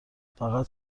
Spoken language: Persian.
فقط